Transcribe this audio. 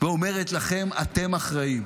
ואומרת לכם: אתם אחראים.